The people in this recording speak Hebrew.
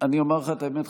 אני אומר לך את האמת,